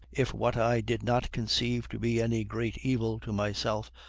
if what i did not conceive to be any great evil to myself